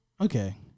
Okay